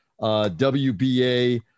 WBA